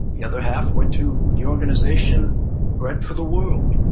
the other half went to the organization bread for the world.